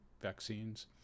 vaccines